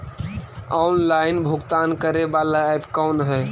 Online भुगतान करे बाला ऐप कौन है?